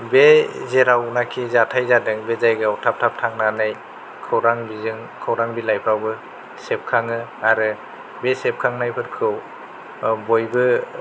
बे जेरावनाखि जाथाइ जादों बे जायगायाव थाब थाब थांनानै खौरां बिजों खौरां बिलाइफ्रावबो सेबखांङो आरो बे सेबखांनाय फोरखौ बयबो